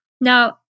Now